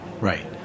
Right